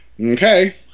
okay